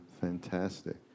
fantastic